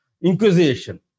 inquisition